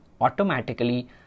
automatically